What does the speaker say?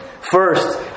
First